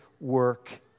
work